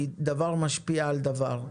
כי דבר משפיע על דבר.